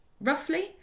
roughly